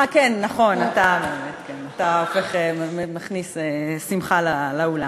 אה, כן, נכון, אתה מכניס שמחה לאולם.